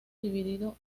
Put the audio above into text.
dividido